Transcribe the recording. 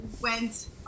went